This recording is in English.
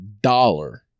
dollar